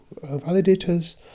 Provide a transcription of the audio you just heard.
validators